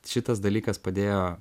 šitas dalykas padėjo